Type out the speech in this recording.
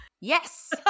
Yes